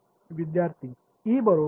विद्यार्थीः ई बरोबर 2